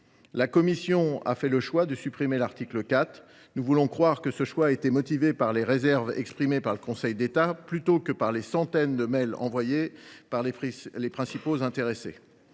La commission a choisi de supprimer l’article 4. Nous voulons croire que cette suppression a été motivée par les réserves exprimées par le Conseil d’État plutôt que par les centaines de courriels envoyés par les principaux intéressés.